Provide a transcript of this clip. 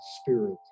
spirit